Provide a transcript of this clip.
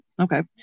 okay